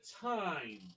time